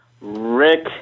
Rick